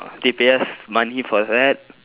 they pay us money for that